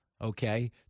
Okay